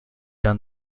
done